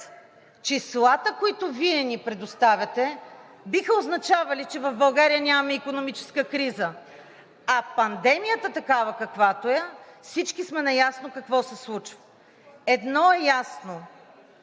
числата, които Вие ни предоставяте, биха означавали, че в България нямаме икономическа криза, а пандемията такава, каквато е, всички сме наясно какво се случва. Едно е ясно,